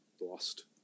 lost